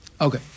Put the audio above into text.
Okay